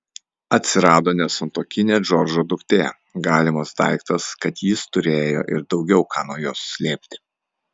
atsirado nesantuokinė džordžo duktė galimas daiktas kad jis turėjo ir daugiau ką nuo jos slėpti